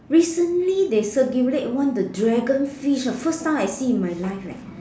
recently they circulate one the dragon fish ah first time I see in my life eh